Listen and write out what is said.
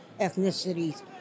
ethnicities